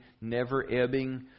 never-ebbing